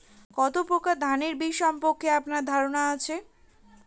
কত প্রকার ধানের বীজ সম্পর্কে আপনার ধারণা আছে?